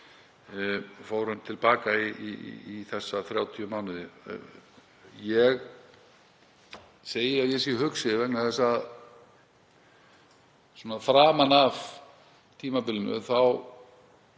fórum til baka í 30 mánuði. Ég segi að ég sé hugsi vegna þess að framan af tímabilinu var